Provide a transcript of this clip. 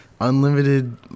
unlimited